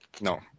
No